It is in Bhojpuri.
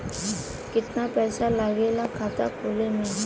कितना पैसा लागेला खाता खोले में?